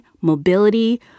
mobility